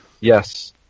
yes